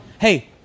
hey